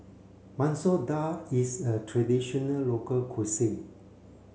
Masoor Dal is a traditional local cuisine